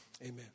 amen